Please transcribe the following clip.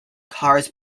cars